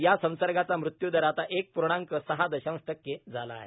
या संसर्गाचा मृत्यूदर आता एक पूर्णांक सहा दशांश टक्के झाला आहे